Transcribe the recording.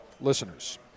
listeners